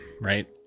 right